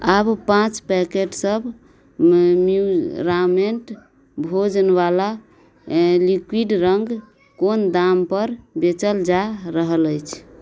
आब पाँच पैकेटसभ न्यूरामेन्ट भोजनवला अँए लिक्विड रङ्ग कोन दामपर बेचल जा रहल अछि